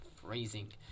freezing